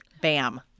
Bam